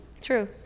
True